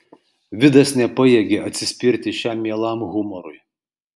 vidas nepajėgė atsispirti šiam mielam humorui